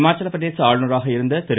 இமாச்சலப்பிரதேச ஆளுநராக இருந்த திரு